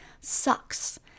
sucks